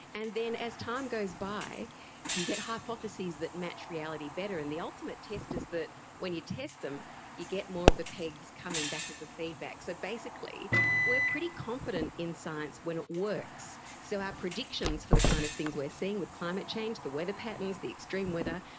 and then as time goes by you get hypotheses that match reality better, and the ultimate test is that when you test them you get more of the pegs coming back as the feedback. so basically we are pretty confident in science when it works. so our predictions for the kind of things we are seeing with climate change, the weather patterns, the extreme weather,